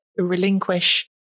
relinquish